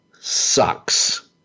sucks